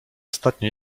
ostatnio